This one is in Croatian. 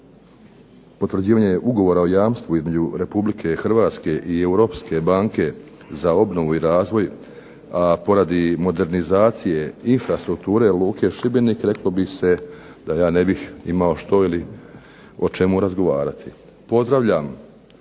potvrđivanje ugovora o jamstvu između Republike Hrvatske i Europske banke za obnovu i razvoj, a poradi modernizacije infrastrukture luke Šibenik, reklo bi se da ja ne bih imao što ili o čemu razgovarati. Pozdravljam